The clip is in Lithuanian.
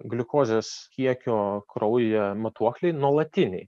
gliukozės kiekio kraujyje matuokliai nuolatiniai